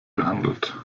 gehandelt